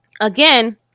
again